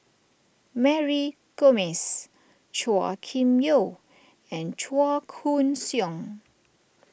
Mary Gomes Chua Kim Yeow and Chua Koon Siong